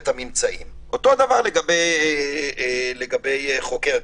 אותו דבר לגבי חוקר,